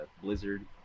Blizzard